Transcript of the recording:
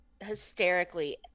hysterically